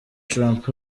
trump